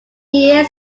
here